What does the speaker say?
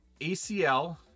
ACL